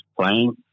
playing